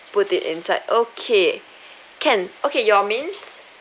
put it inside okay can okay your mains